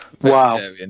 Wow